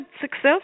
success